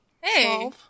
Hey